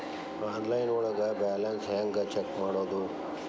Online ಒಳಗೆ balance ಹ್ಯಾಂಗ check ಮಾಡೋದು?